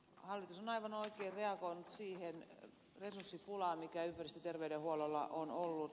hallitus on aivan oikein reagoinut siihen resurssipulaan mikä ympäristöterveydenhuollolla on ollut